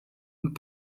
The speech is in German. und